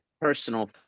personal